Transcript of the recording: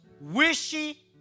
wishy